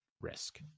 risk